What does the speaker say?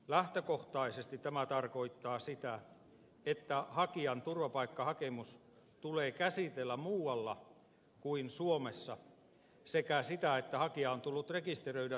lähtökohtaisesti tämä tarkoittaa sitä että hakijan turvapaikkahakemus tulee käsitellä muualla kuin suomessa sekä sitä että hakija on tullut rekisteröidä turvapaikanhakijaksi jo aiemmin